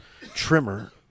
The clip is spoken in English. trimmer